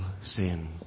sin